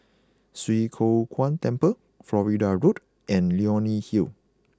Swee Kow Kuan Temple Florida Road and Leonie Hill